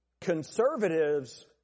Conservatives